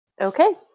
Okay